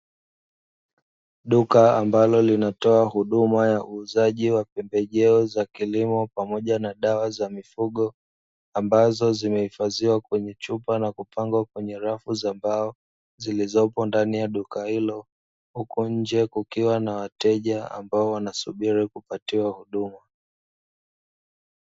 Duka ambalo linatoa huduma ya uuzaji wa pembejeo za kilimo pamoja na dawa za mifugo ambazo zimehifadhiwa kwenye chupa na kupanga kwenye rafu za mbao zilizopo ndani ya duka hilo, huku nje kukiwa na wateja ambao wanasubiri kupatiwa huduma.